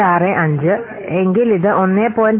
65 എങ്കിൽ ഇത് 1